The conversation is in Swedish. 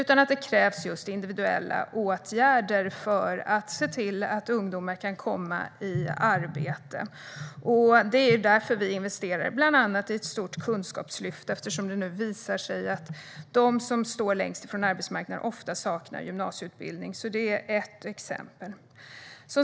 I stället krävs det individuella åtgärder för att ungdomar ska kunna komma i arbete. Vi investerar i bland annat ett stort kunskapslyft eftersom det nu visar sig att de som står längst ifrån arbetsmarknaden ofta saknar gymnasieutbildning. Det är ett exempel.